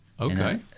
Okay